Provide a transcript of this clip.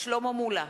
שלמה מולה,